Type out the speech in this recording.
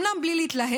אומנם בלי להתלהם,